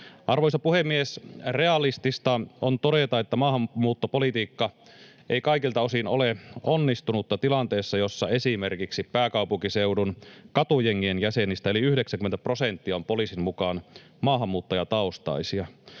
Arvoisa puhemies! Realistista on todeta, että maahanmuuttopolitiikka ei kaikilta osin ole onnistunutta tilanteessa, jossa esimerkiksi pääkaupunkiseudun katujengien jäsenistä yli 90 prosenttia on poliisin mukaan maahanmuuttajataustaisia.